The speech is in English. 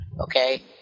okay